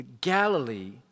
Galilee